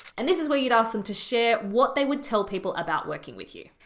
and this is where you'd ask them to share what they would tell people about working with you.